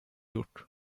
gjort